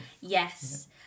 Yes